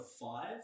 five